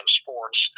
sports